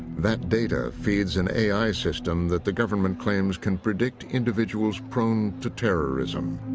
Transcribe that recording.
that data feeds an a i. system that the government claims can predict individuals prone to terrorism